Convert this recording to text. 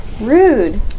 Rude